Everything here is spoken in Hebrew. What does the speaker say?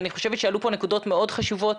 אני חושבת שעלו בפני הוועדה נקודות מאוד חשובות,